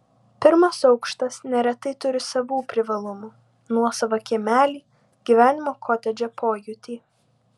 pirmas aukštas neretai turi savų privalumų nuosavą kiemelį gyvenimo kotedže pojūtį